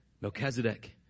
Melchizedek